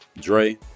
Dre